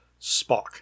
Spock